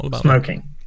smoking